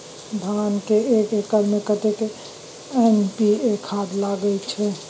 धान के एक एकर में कतेक एन.पी.ए खाद लगे इ?